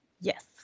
Yes